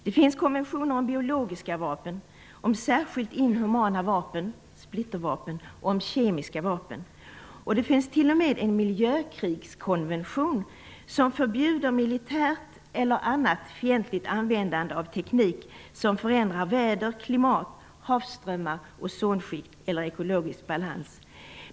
Det finns konventioner om biologiska vapen, om särskilt inhumana vapen, splittervapen, och om kemiska vapen. Det finns t.o.m. en miljökrigskonvention som förbjuder militärt eller annat fientligt användande av teknik som förändrar väder, klimat, havsströmmar, ozonskikt eller ekologisk balans.